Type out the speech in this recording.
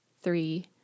three